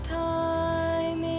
time